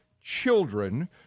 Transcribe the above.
children